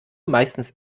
meistens